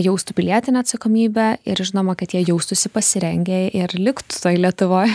jaustų pilietinę atsakomybę ir žinoma kad jie jaustųsi pasirengę ir liktų toj lietuvoj